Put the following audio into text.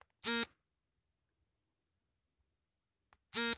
KYC ಯಲ್ಲಿ CDD ಎಂದರೇನು?